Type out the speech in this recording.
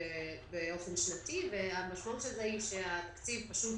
באופן שנתי והמשמעות של זה היא שהתקציב פשוט